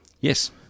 Yes